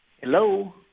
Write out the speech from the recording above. Hello